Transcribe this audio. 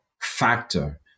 factor